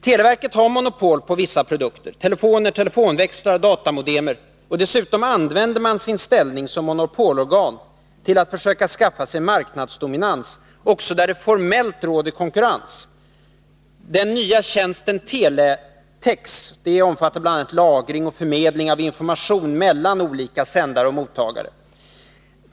Televerket har monopol på vissa produkter: telefoner, telefonväxlar och datamodemer. Dessutom använder man sin ställning som monopolorgan till att försöka skaffa sig marknadsdominans också där det formellt råder konkurrens. Den nya tjänsten Teletex omfattar bl.a. lagring och förmedling av information mellan olika sändare och mottagare.